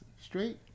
straight